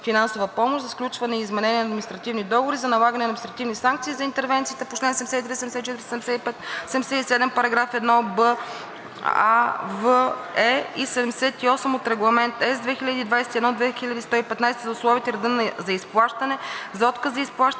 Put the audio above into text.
финансова помощ, за сключване и изменение на административни договори, за налагане на административни санкции за интервенциите